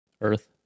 Earth